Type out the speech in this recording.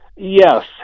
Yes